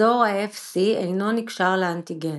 אזור ה-Fc אינו נקשר לאנטיגנים.